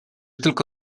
tylko